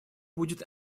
будет